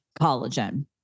collagen